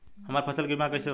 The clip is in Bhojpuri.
हमरा फसल के बीमा कैसे होई?